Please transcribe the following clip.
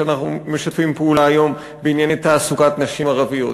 ואנחנו משתפים פעולה היום בענייני תעסוקת נשים ערביות,